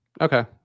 Okay